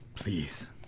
Please